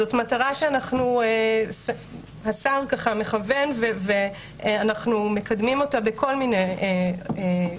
זו מטרה שהשר ככה מכוון ואנחנו מקדמים אותה בכל מיני כלים.